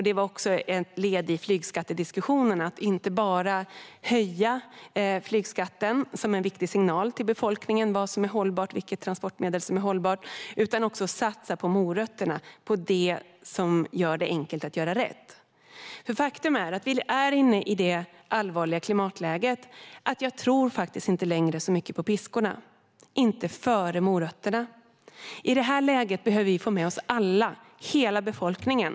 Det var också ett led i flygskattediskussionen att inte bara höja flygskatten, som är en viktig signal till befolkningen om vilket transportmedel som är hållbart, utan att också satsa på morötterna, på det som gör det enkelt att göra rätt. I det allvarliga klimatläge vi är tror jag inte längre så mycket på piskorna, inte före morötterna. I detta läge behöver vi få med oss hela befolkningen.